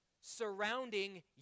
surrounding